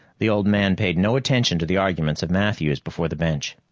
the old man paid no attention to the arguments of matthews before the bench.